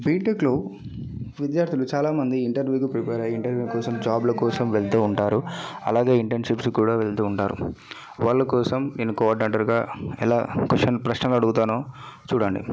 బీటెక్లో విద్యార్థులు చాలా మంది ఇంటర్వ్యూకి ప్రిపేర్ అయ్యి ఇంటర్వ్యూ కోసం జాబ్ల కోసం వెళుతూ ఉంటారు అలాగే ఇంటర్న్షిప్స్కి కూడా వెళుతూ ఉంటారు వాళ్ళ కోసం నేను కో ఆర్డినేటర్గా ఎలా క్వశ్చన్ ప్రశ్నలు అడుగుతానో చూడండి